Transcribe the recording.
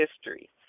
history